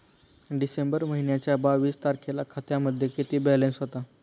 डिसेंबर महिन्याच्या बावीस तारखेला खात्यामध्ये किती बॅलन्स होता?